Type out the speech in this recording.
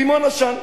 רימון עשן.